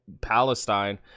Palestine